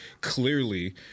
clearly